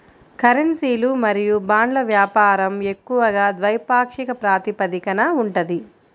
కరెన్సీలు మరియు బాండ్ల వ్యాపారం ఎక్కువగా ద్వైపాక్షిక ప్రాతిపదికన ఉంటది